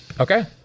Okay